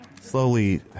slowly